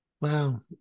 Wow